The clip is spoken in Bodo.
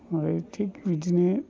ओमफ्राय थिख बिदिनो